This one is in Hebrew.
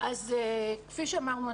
כפי שאמרנו,